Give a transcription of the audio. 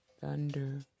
thunder